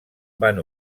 van